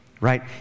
right